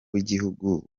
w’igihugu